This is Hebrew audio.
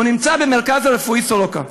הוא נמצא במרכז הרפואי סורוקה,